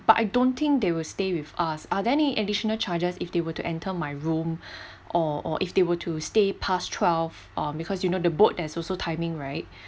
but I don't think they will stay with us are there any additional charges if they were to enter my room or or if they were to stay past twelve um because you know the boat there's also timing right